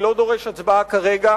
אני לא דורש הצבעה כרגע.